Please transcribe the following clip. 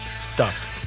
stuffed